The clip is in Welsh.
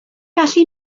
gallu